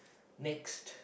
next